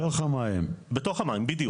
שבונים מבנים בתוך הים כדי למנוע את הכרסום המהיר.